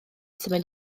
symud